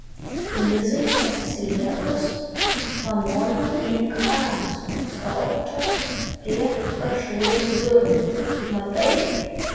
lizai neatsiliepus pamojau link hanos stovinčios prie pašiūrės durų matai